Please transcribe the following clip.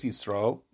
Israel